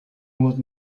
would